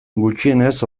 gutxienez